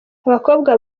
abakobwa